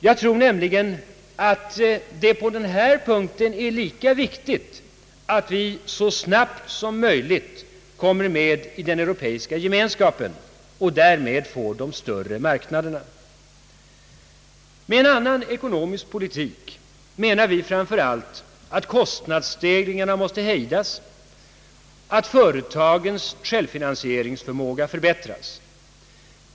Jag tror nämligen att det på denna punkt är lika viktigt att vi så snabbt som möjligt kommer med i den europeiska gemenskapen och därmed får de större marknaderna. Med en annan ekonomisk politik menar vi framför allt, att kostnadsstegringarna måste hejdas och företagens självfinansieringsförmåga förbättras.